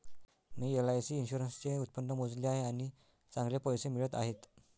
मी LIC इन्शुरन्सचे उत्पन्न मोजले आहे आणि चांगले पैसे मिळत आहेत